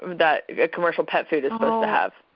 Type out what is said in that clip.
that commercial pet food is supposed to have?